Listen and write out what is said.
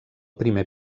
primer